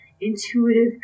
intuitive